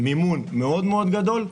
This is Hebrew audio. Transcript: מימון מאוד מאוד גדול,